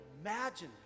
imagine